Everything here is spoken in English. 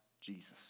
Jesus